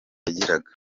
yagiraga